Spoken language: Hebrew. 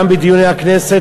גם בדיוני הכנסת,